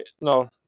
No